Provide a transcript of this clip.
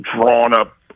drawn-up